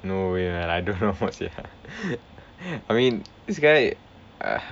no way man I don't know sia I mean this guy ah